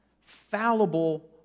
fallible